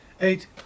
eight